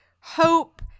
hope